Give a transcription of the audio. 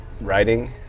writing